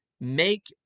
make